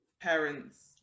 parents